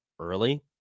early